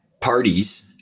parties